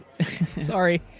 Sorry